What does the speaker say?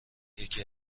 یکی